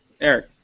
Eric